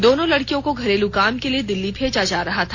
दोनों लड़िकियों को घरेलू काम के लिए दिल्ली भेजा जा रहा था